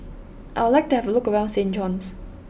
I would like to have a look around Saint John's